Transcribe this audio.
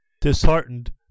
Disheartened